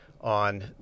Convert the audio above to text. on